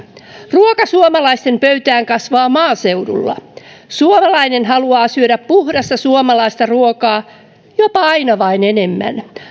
ruoka suomalaisten pöytään kasvaa maaseudulla suomalainen haluaa syödä puhdasta suomalaista ruokaa jopa aina vain enemmän